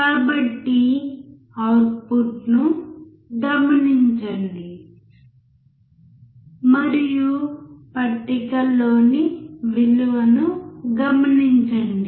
కాబట్టి అవుట్పుట్ను గమనించండి మరియు పట్టికలోని విలువను గమనించండి